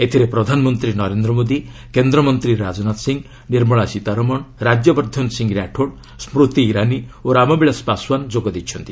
ଏଥିରେ ପ୍ରଧାନମନ୍ତ୍ରୀ ନରେନ୍ଦ୍ର ମୋଦି କେନ୍ଦ୍ରମନ୍ତ୍ରୀ ରାଜନାଥ ସିଂହ ନିର୍ମଳା ସୀତାମରଣ ରାଜ୍ୟବର୍ଦ୍ଧନ ସିଂହ ରାଠୋଡ୍ ସ୍କୃତି ଇରାନୀ ଓ ରାମବିଳାଶ ପାଶୱାନ ଯୋଗ ଦେଇଛନ୍ତି